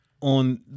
on